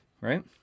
Right